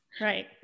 right